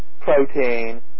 protein